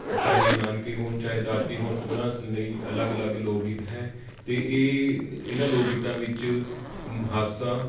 ਚਾਹੇ ਨਾਨਕੇ ਹੋਣ ਚਾਹੇ ਦਾਦਕੇ ਹੋਣ ਉਹਨਾਂ ਲਈ ਅਲੱਗ ਅਲੱਗ ਲੋਕ ਗੀਤ ਹੈ ਅਤੇ ਇਹ ਇਹਨਾਂ ਲੋਕ ਗੀਤਾਂ ਵਿੱਚ ਹਾਸਾ